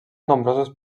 nombrosos